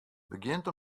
begjint